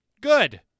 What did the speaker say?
good